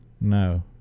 No